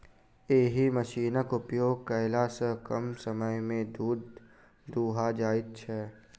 एहि मशीनक उपयोग कयला सॅ कम समय मे दूध दूहा जाइत छै